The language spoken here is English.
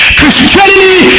christianity